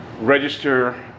register